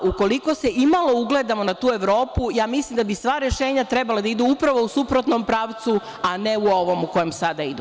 Ukoliko se imalo ugledamo na tu Evropu, ja mislim da bi sva rešenja trebala da idu upravo u suprotnom pravcu, a ne u ovom u kojem sada idu.